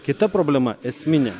kita problema esminė